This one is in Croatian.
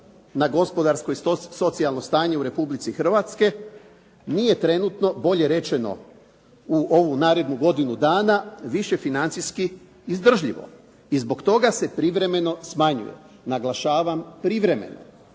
na gospodarsko i socijalno stanje u Republici Hrvatske nije trenutno, bolje rečeno u ovu narednu godinu dana, više financijskih izdržljivo i zbog toga se privremeno smanjuje. Naglašavam privremeno.